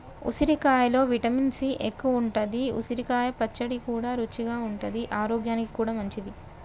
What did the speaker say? ఉసిరికాయలో vitamin C ఎక్కువుంటది, ఉసిరికాయ పచ్చడి కూడా రుచిగా ఉంటది ఆరోగ్యానికి కూడా మంచిది